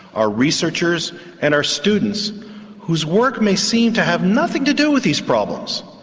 our researchers and our students whose work may seem to have nothing to do with these problems,